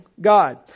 God